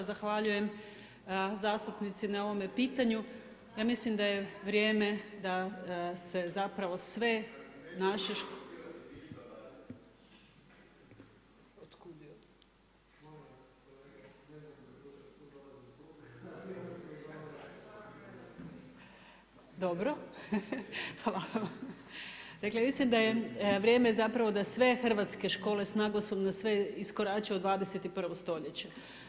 Zahvaljujem zastupnici na ovome pitanju, ja mislim da je vrijeme da se zapravo sve naše… … [[Upadica sa strane, ne razumije se.]] Dakle mislim da je vrijeme zapravo da sve hrvatske škole sa naglaskom na sve iskorače u 21. stoljeće.